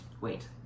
Wait